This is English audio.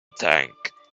tank